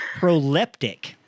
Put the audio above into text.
proleptic